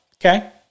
okay